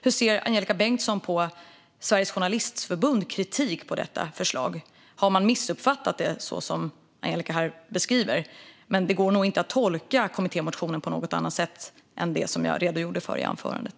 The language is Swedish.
Hur ser Angelika Bengtsson på Svenska Journalistförbundets kritik mot detta förslag? Har man missuppfattat det, så som Angelika här beskriver det? Det går nog inte att tolka kommittémotionen på något annat sätt än det jag redogjorde för i anförandet.